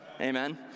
Amen